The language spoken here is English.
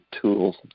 tools